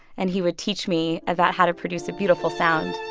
and he would teach me about how to produce a beautiful sound